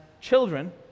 children